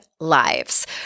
Lives